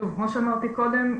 כמו שאמרתי קודם,